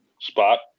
spot